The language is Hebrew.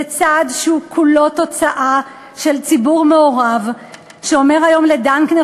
זה צעד שכולו תוצאה של ציבור מעורב שאומר היום לדנקנר